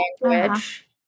language